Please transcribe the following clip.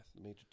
Major